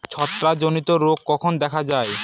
ছত্রাক জনিত রোগ কখন দেখা য়ায়?